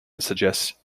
suggests